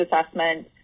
assessment